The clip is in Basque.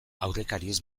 aurrekariez